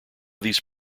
these